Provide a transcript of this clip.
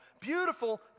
beautiful